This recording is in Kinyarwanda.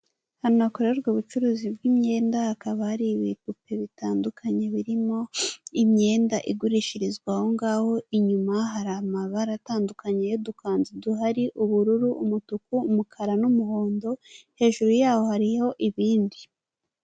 Ahantu hakorerwa ubucuruzi bw'imyenda, hakaba hari ibipupe bitandukanye, birimo imyenda igurishirizwa ahongaho inyuma, hari amabara atandukaniye, udukanzu duhari ubururu, umutuku, umukara n'umuhondo hejuru yaho hari ibindi.